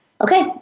okay